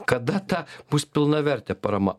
kada ta bus pilnavertė parama